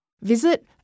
Visit